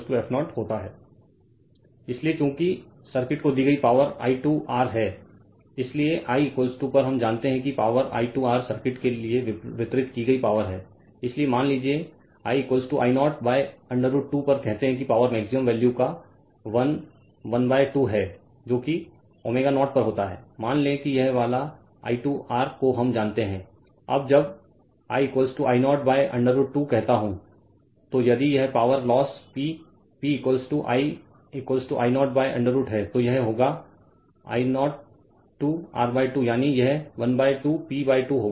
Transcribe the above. Refer Slide Time 2325 इसलिए चूंकि circuit को दी गई पावर I 2 R है इसलिए I पर हम जानते हैं कि पावर I 2 R सर्किट के लिए वितरित की गई पावर है इसलिए मान लीजिए I I 0 √ 2 पर कहते है कि पावर मैक्सिमम वैल्यू का 1 1 2 है जो कि ω0 पर होता है मान ले कि यह वाला I 2 r को हम जानते हैं अब जब I I 0 √ 2 कहता हूं तो यदि यह power loss P P I I 0 √ 2 है तो यह होगा I 0 2 R 2 यानी यह 12 P 2 होगा